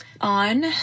On